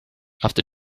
after